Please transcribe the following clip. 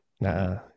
Nah